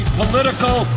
political